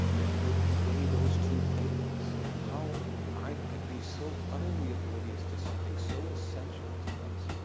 that would convey those two things how i could be so utterly oblivious to something so essential to us,